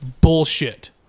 bullshit